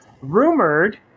rumored